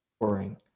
boring